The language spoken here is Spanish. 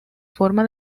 forma